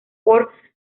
por